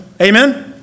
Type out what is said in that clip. Amen